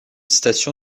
station